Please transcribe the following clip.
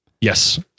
Yes